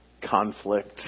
conflict